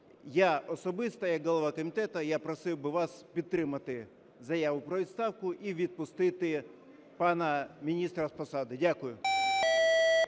я особисто як голова комітету, я просив би вас підтримати заяву про відставку і відпустити пана міністра з посади. Дякую.